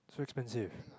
which expensive